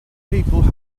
people